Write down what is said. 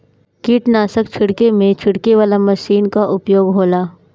कीटनाशक छिड़के में छिड़के वाला मशीन कअ उपयोग होला